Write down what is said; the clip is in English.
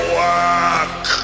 work